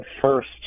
first